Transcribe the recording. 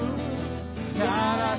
God